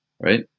Right